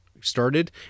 started